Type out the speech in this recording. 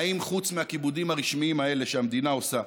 האם חוץ מהכיבודים האלה שהמדינה עושה,